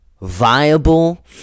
viable